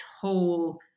whole